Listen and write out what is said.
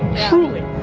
truly.